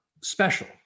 special